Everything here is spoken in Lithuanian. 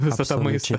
visą tą maistą